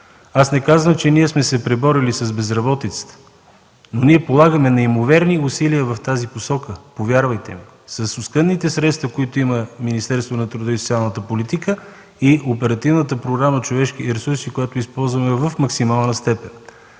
Аз не казвам, че ние сме се преборили с безработицата. Ние полагаме неимоверни усилия в тази посока. Повярвайте ми! С оскъдните средства, които има Министерството на труда и социалната политика и Оперативната програма „Човешки ресурси”, която използваме в максимална степен.